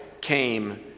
came